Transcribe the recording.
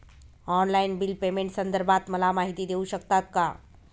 Online bill पेमेंटसंदर्भात मला माहिती देऊ शकतात का?